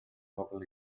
pobl